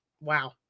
Wow